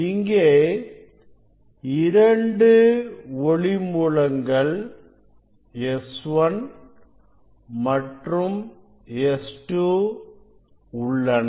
இங்கே இரண்டு ஒளி மூலங்கள் S1 மற்றும் S2 உள்ளன